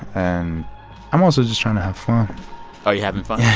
and i'm also just trying to have fun are you having fun?